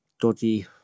Dodgy